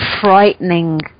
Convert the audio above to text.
frightening